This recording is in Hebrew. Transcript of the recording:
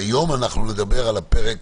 היום נדבר על הפרק